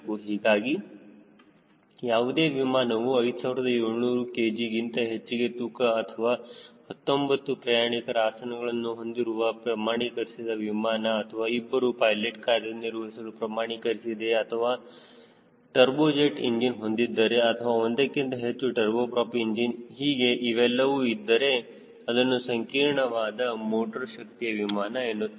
ಹೀಗಾಗಿ ಯಾವುದೇ ವಿಮಾನವು 5700 kgಗಿಂತ ಹೆಚ್ಚಿಗೆ ತೂಕ ಅಥವಾ 19 ಪ್ರಯಾಣಿಕರ ಆಸನಗಳನ್ನು ಹೊಂದಿರುವ ಪ್ರಮಾಣೀಕರಿಸಿದ ವಿಮಾನ ಅಥವಾ ಇಬ್ಬರು ಪೈಲೆಟ್ ಕಾರ್ಯನಿರ್ವಹಿಸಲು ಪ್ರಮಾಣೀಕರಿಸಿದರೆ ಅಥವಾ ಟರ್ಬೋಜೆಟ್ ಇಂಜಿನ್ ಹೊಂದಿದ್ದರೆ ಅಥವಾ ಒಂದಕ್ಕಿಂತ ಹೆಚ್ಚಿಗೆ ಟರ್ಬೋ ಪ್ರಾಪ್ ಇಂಜಿನ್ ಹೀಗೆ ಇವೆಲ್ಲವೂ ಇದ್ದರೆ ಅದನ್ನು ಸಂಕೀರ್ಣವಾದ ಮೋಟರ್ ಶಕ್ತಿಯ ವಿಮಾನ ಎನ್ನುತ್ತೇವೆ